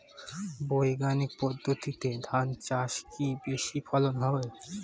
বৈজ্ঞানিক পদ্ধতিতে ধান চাষে কি বেশী ফলন হয়?